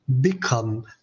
become